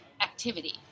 activity